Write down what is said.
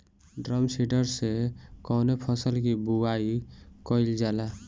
Drum seeder से कवने फसल कि बुआई कयील जाला?